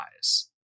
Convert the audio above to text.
eyes